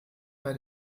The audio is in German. bei